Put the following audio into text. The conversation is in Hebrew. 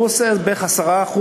הוא עושה בערך 10%,